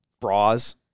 bras